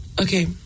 Okay